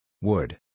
Wood